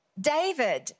David